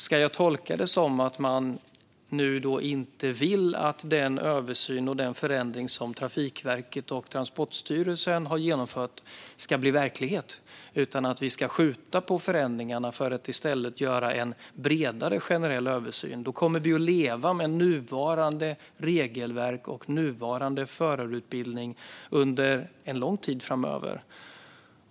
Ska jag tolka det som att man nu inte vill att den förändring som Trafikverket och Transportstyrelsen föreslår ska bli verklighet? Om vi ska skjuta på förändringarna för att i stället göra en bredare generell översyn kommer vi att leva med nuvarande regelverk och nuvarande förarutbildning under en lång tid framöver.